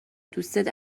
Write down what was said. دوستت